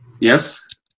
Yes